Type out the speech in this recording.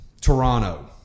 Toronto